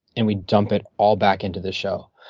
and we dump it all back into the show.